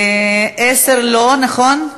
10 לא, נכון?